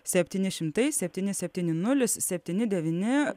septyni šimtai septyni setyni nulis septyni devyni